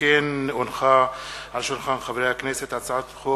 לקריאה ראשונה, מטעם הכנסת: הצעת חוק